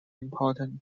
important